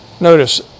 Notice